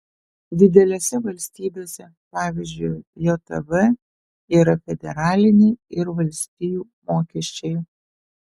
didelėse valstybėse pavyzdžiui jav yra federaliniai ir valstijų mokesčiai